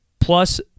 plus